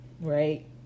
right